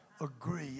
agree